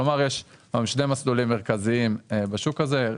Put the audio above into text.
כלומר, יש שני מסלולים מרכזיים בשוק הזה.